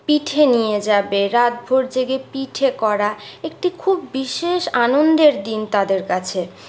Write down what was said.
পিঠে নিয়ে যাবে রাতভোর জেগে পিঠে করা একটি খুব বিশেষ আনন্দের দিন তাদের কাছে